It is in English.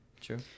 True